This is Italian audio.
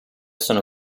sono